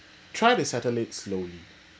try to settle it slowly